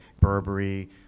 Burberry